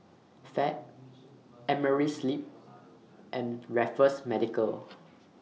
Fab Amerisleep and Raffles Medical